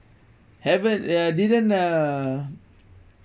haven't uh didn't uh